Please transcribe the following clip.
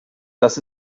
das